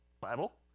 Bible